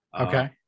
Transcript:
Okay